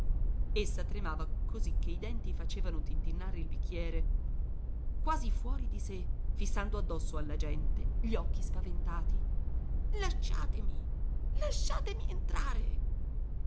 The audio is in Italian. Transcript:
essa tremava così che i denti facevano tintinnare il bicchiere quasi fuori di sè fissando addosso alla gente gli occhi spaventati lasciatemi lasciatemi entrare